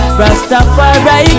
rastafari